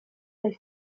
dal